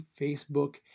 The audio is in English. Facebook